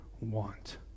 want